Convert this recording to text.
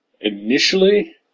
initially